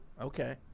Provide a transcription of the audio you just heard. Okay